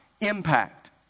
impact